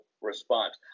response